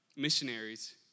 missionaries